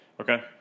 Okay